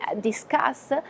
discuss